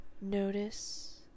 Notice